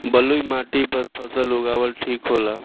बलुई माटी पर फसल उगावल ठीक होला?